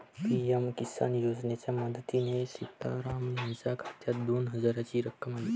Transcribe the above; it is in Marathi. पी.एम किसान योजनेच्या मदतीने सीताराम यांच्या खात्यात दोन हजारांची रक्कम आली